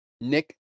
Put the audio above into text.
Nick